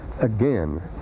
again